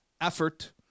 effort